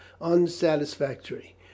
unsatisfactory